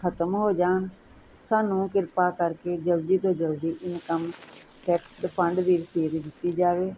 ਖਤਮ ਹੋ ਜਾਣ ਸਾਨੂੰ ਕਿਰਪਾ ਕਰਕੇ ਜਲਦੀ ਤੋਂ ਜਲਦੀ ਇਨਕਮ ਟੈਕਸ ਰਿਫੰਡ ਦੀ ਰਸੀਦ ਦਿੱਤੀ ਜਾਵੇ